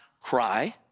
cry